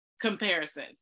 comparison